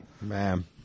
Ma'am